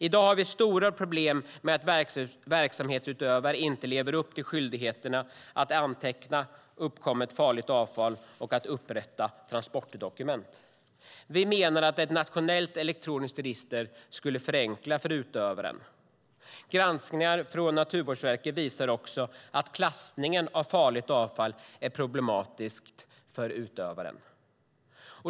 I dag har vi stora problem med att verksamhetsutövare inte lever upp till skyldigheten att anteckna uppkommet farligt avfall och att upprätta transportdokument. Vi menar att ett nationellt elektroniskt register skulle förenkla för utövarna. Granskningar från Naturvårdsverket visar också att klassningen av farligt avfall är problematisk för utövarna.